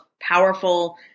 powerful